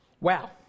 Wow